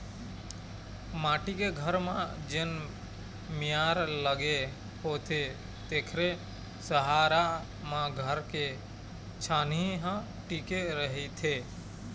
माटी के घर म जेन मियार लगे होथे तेखरे सहारा म घर के छानही ह टिके रहिथे